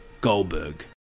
Goldberg